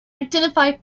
identify